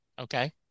Okay